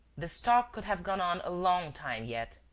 this talk could have gone on a long time yet.